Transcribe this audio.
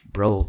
Bro